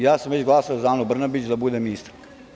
Ja sam već glasao za Anu Brnabić da bude ministarka.